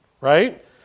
right